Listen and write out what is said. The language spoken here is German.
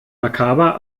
makaber